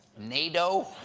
nato.